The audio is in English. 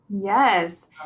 Yes